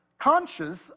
conscious